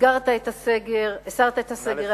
הסרת את הסגר על עזה.